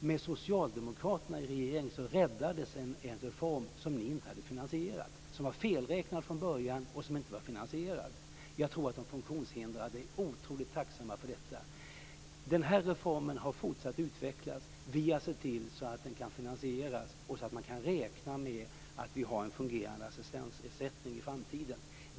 med socialdemokraterna i regering räddades en reform som ni inte hade finansierat. Den var felräknad från början, och den var inte finansierad. Jag tror att de funktionshindrade är otroligt tacksamma för detta. Den här reformen har fortsatt att utvecklas. Vi har sett till att den kan finansieras så att man kan räkna med att ha en fungerande assistansersättning i framtiden.